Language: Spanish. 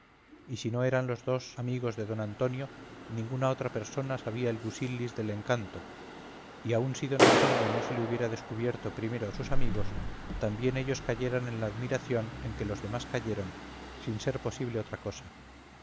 y si no eran los dos amigos de don antonio ninguna otra persona sabía el busilis del encanto y aun si don antonio no se le hubiera descubierto primero a sus amigos también ellos cayeran en la admiración en que los demás cayeron sin ser posible otra cosa